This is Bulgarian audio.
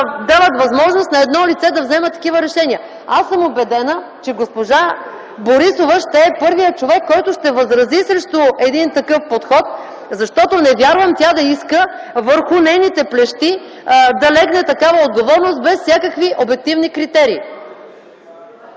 дават възможност на едно лице да взема такива решения. Аз съм убедена, че госпожа Борисова ще е първият човек, който ще възрази срещу един такъв подход, защото не вярвам тя да иска върху нейните плещи да легне такава отговорност без всякакви обективни критерии.